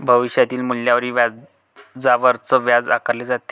भविष्यातील मूल्यावरील व्याजावरच व्याज आकारले जाते